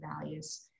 values